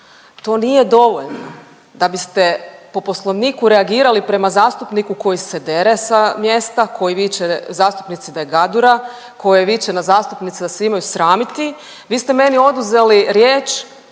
to nije dovoljno da biste po poslovniku reagirali prema zastupniku koji se dere sa mjesta, koji viče zastupnici da je gadura, koja viče na zastupnicu da se imaju sramiti. Vi ste meni oduzeli riječ